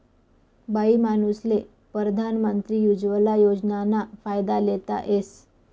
बाईमानूसले परधान मंत्री उज्वला योजनाना फायदा लेता येस